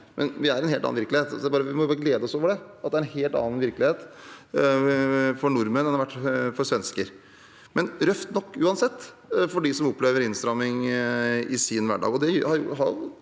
men vi er i en helt annen virkelighet. Vi må glede oss over det: at det er en helt annen virkelighet for nordmenn enn det har vært for svensker – men røft nok, uansett, for dem som opplever innstramming i sin hverdag.